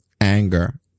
anger